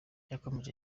yakomeje